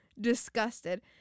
disgusted